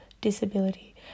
disability